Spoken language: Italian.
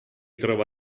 trova